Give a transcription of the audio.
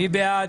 מי בעד?